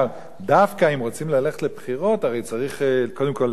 דווקא אם רוצים ללכת לבחירות,